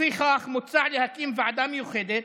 לפיכך, מוצע להקים ועדה מיוחדת